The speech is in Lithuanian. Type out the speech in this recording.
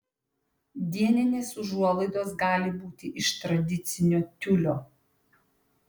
dieninės užuolaidos gali būti iš tradicinio tiulio